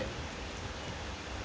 I got shot in mid air